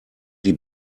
die